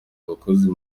abakozi